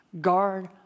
guard